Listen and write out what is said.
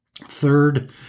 Third